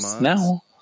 now